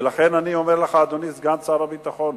ולכן אני אומר לך, אדוני סגן שר הביטחון.